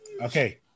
Okay